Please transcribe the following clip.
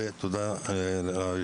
ותודה על קיום הדיון,